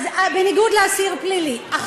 בניגוד לאסיר פלילי, בניגוד לאסיר פלילי.